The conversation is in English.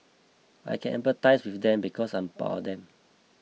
I can empathise with them because I'm part of them